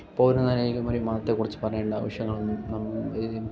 അപ്പോൾ എന്ന് പറഞ്ഞേക്കുമ്പോൾ ഒരു മതത്തെ കുറിച്ച് പറയേണ്ട ആവശ്യങ്ങൾ ഒന്നും നമുക്ക് ഇതിൽ